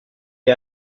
est